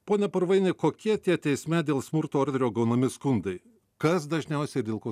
pone purvaini kokie tie teisme dėl smurto orderio gaunami skundai kas dažniausiai dėl ko